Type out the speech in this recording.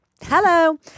Hello